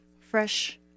fresh